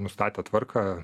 nustatę tvarką